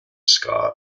ska